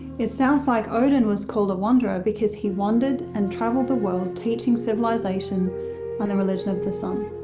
it sounds like odin was called a wanderer because he wandered and travelled the world teaching civilization and the religion of the sun.